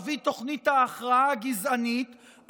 אבי תוכנית ההכרעה הגזענית,